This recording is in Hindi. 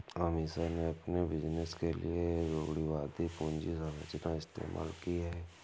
अमीषा ने अपने बिजनेस के लिए रूढ़िवादी पूंजी संरचना इस्तेमाल की है